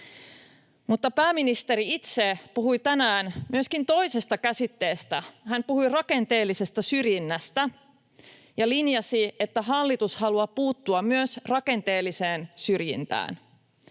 Mutta pääministeri itse puhui tänään myöskin toisesta käsitteestä. Hän puhui rakenteellisesta syrjinnästä ja linjasi, että hallitus haluaa puuttua myös rakenteelliseen syrjintään.